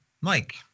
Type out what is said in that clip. Mike